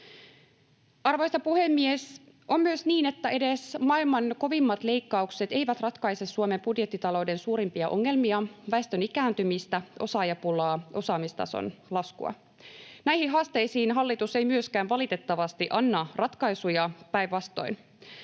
Arvoisa puhemies! On myös niin, että edes maailman kovimmat leikkaukset eivät ratkaise Suomen budjettitalouden suurimpia ongelmia, väestön ikääntymistä, osaajapulaa, osaamistason laskua. Näihin haasteisiin hallitus ei myöskään valitettavasti anna ratkaisuja, päinvastoin.